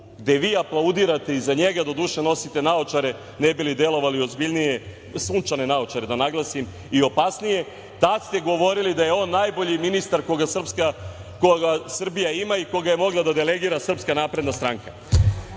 gde vi aplaudirate za njega, doduše nosite naočare, ne bi li delovali ozbiljnije, sunčane naočare da naglasim, i opasniji, tad ste govorili da je on najbolji ministar koga Srbija ima i koga je mogla da delegira SNS.Da nastavimo